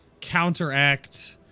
counteract